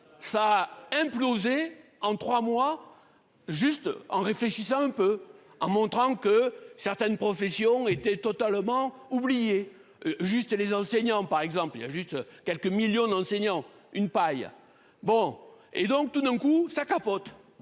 ça imploser en trois mois. Juste en réfléchissant un peu, en montrant que certaines professions été totalement oubliée. Juste les enseignants par exemple il y a juste quelques millions d'enseignants, une paille. Bon et donc tout d'un coup ça capote